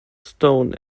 stone